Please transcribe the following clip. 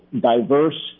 diverse